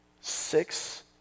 six